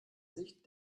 sich